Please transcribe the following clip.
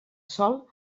sòl